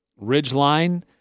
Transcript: Ridgeline